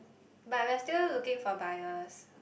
but we're still looking for buyers